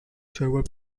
several